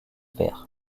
vert